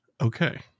Okay